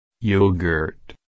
Yogurt